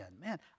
Man